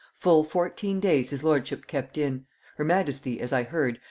full fourteen days his lordship kept in her majesty, as i heard,